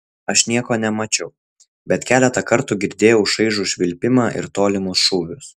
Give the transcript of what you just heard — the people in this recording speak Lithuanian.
aš nieko nemačiau bet keletą kartų girdėjau šaižų švilpimą ir tolimus šūvius